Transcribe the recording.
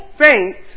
saints